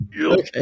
Okay